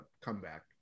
comeback